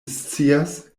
scias